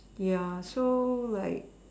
ya so like